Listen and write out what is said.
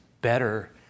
better